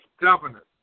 governor